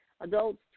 adults